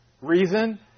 Reason